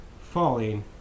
falling